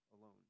alone